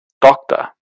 doctor